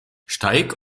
steig